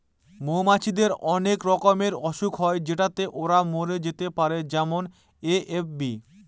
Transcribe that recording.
মৌমাছিদের অনেক রকমের অসুখ হয় যেটাতে ওরা মরে যেতে পারে যেমন এ.এফ.বি